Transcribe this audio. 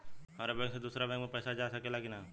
हमारे बैंक से दूसरा बैंक में पैसा जा सकेला की ना?